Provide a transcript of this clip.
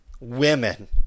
women